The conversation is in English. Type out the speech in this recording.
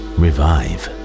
revive